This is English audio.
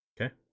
Okay